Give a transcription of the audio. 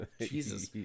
Jesus